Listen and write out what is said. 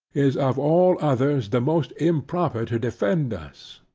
is of all others, the most improper to defend us.